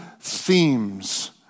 themes